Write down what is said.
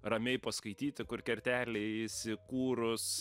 ramiai paskaityti kur kertelėj įsikūrus